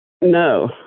No